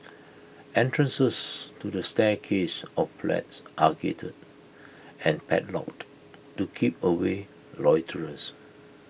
entrances to the of flats are gated and padlocked to keep away loiterers